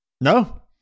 No